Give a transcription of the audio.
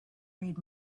read